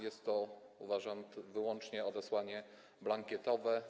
Jest to, uważam, wyłącznie odesłanie blankietowe.